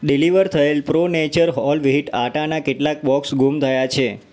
deliver થયેલ pro nature whole wheat આટાના કેટલાક બૉક્સ ગુમ થયા છે